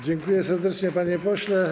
Dziękuję serdecznie, panie pośle.